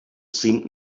seemed